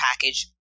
package